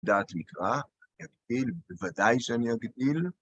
דעת מקרא יגדיל, בוודאי שאני אגדיל.